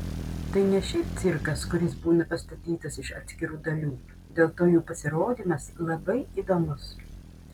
tai ne šiaip cirkas kuris būna pastatytas iš atskirų dalių dėl to jų pasirodymas labai įdomus